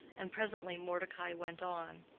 and presently mordecai went on